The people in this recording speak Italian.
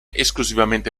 esclusivamente